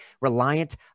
reliant